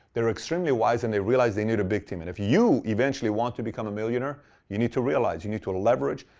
they're extremely and they realize they need a big team. and if you, eventually want to become a millionaire, you need to realize, you need to leverage,